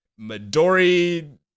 Midori